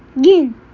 Gin